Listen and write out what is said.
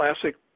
classic